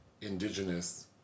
indigenous